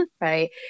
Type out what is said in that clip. right